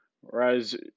whereas